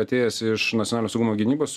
atėjęs iš nacionalinio saugumo gynybos